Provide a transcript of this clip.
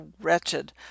wretched